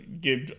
give